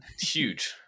huge